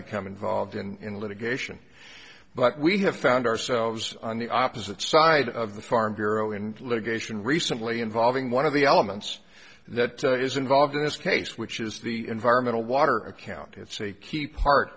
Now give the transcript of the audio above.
become involved in litigation but we have found ourselves on the opposite side of the farm bureau in litigation recently involving one of the elements that is involved in this case which is the environmental water account it's a key part